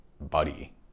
buddy